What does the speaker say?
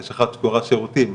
יש אחת שקוראת "שירותים",